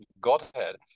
godhead